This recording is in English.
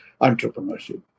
entrepreneurship